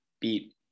beat